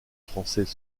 français